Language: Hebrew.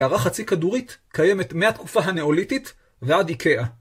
קערה חצי-כדורית קיימת מהתקופה הנאוליתית ועד איקאה.